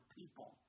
people